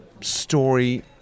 story